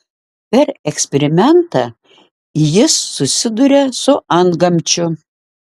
per eksperimentą jis susiduria su antgamčiu